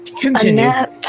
Continue